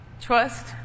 trust